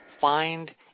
find